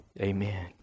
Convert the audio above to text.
Amen